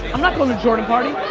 i'm not going to jordan party,